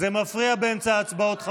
זה מפריע באמצע ההצבעות.